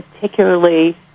particularly